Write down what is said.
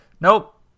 Nope